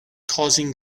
causing